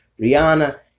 Rihanna